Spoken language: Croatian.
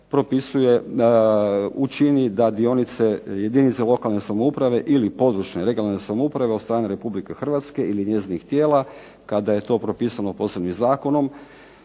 učini da dionice, jedinice lokalne samouprave ili područne, regionalne samouprave od strane Republike Hrvatske ili njezinih tijela kada je to propisano posebnim zakonom